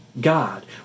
God